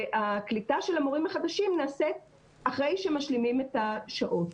הקליטה של המורים החדשים נעשית אחרי שמשלימים את השעות.